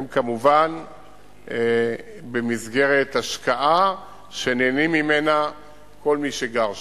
הם כמובן במסגרת השקעה שנהנים ממנה כל מי שגרים שם.